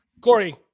Corey